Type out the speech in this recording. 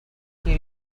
chi